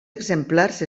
exemplars